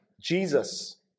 Jesus